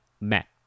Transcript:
met